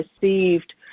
received